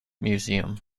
museum